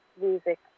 music